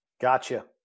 gotcha